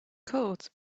coat